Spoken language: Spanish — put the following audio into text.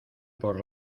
por